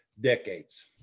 decades